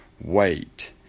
wait